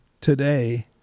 today